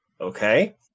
okay